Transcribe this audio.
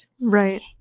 right